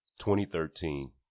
2013